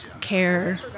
care